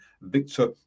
Victor